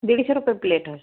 दीडशे रुपये प्लेट आहे